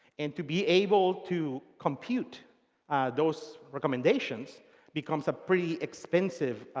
and to be able to compute those recommendations becomes a pretty expensive